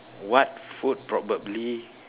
what food probably